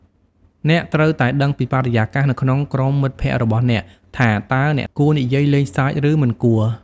អ្នកត្រូវតែដឹងពីបរិយាកាសនៅក្នុងក្រុមមិត្តភក្តិរបស់អ្នកថាតើអ្នកគួរនិយាយលេងសើចឬក៏មិនគួរ។